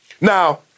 now